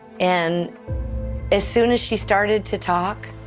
and as soon as she started to talk,